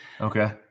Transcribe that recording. Okay